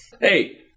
Hey